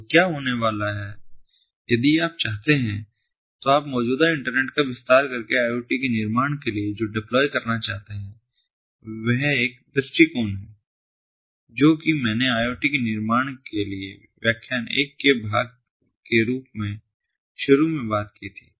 तो क्या होने वाला है यदि आप चाहते हैं तो आप मौजूदा इंटरनेट का विस्तार करके IoT के निर्माण के लिए जो डेप्लॉय करना चाहते हैं वे एक दृष्टिकोण है जो कि मैंने IoT के निर्माण के लिए व्याख्यान 1 के भाग के रूप में शुरू में बात की थी